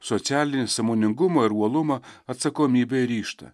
socialinį sąmoningumą ir uolumą atsakomybę ir ryžtą